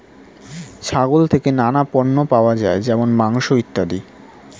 ছাগল থেকে নানা পণ্য পাওয়া যায় যেমন মাংস, ইত্যাদি